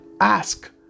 ask